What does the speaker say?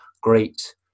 great